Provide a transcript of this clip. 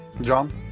John